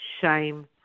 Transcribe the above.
shame